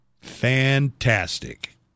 Fantastic